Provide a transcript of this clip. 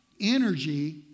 Energy